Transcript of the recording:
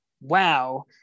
Wow